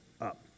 up